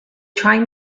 trying